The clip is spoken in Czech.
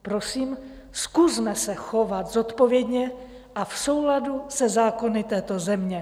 Prosím, zkusme se chovat zodpovědně a v souladu se zákony této země.